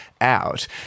out